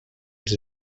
els